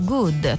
Good